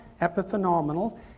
epiphenomenal